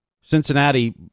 Cincinnati